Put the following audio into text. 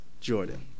Jordan